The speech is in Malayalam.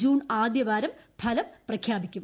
ജൂൺ ആദ്യവാരം ഫലം പ്രഖ്യാപിക്കും